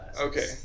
Okay